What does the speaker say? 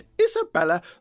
Isabella